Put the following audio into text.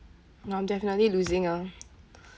now I'm definitely losing ah